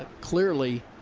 clearly,